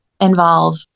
involve